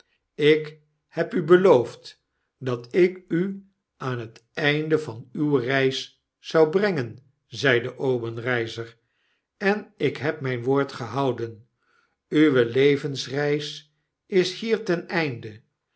ik heb u beloofd dat ik u aan het einde van uwe reis zou brengen zeide obenreizer en ik heb mijn woord gehouden uwe levensreis is hier ten einde